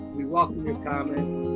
we welcome your comments.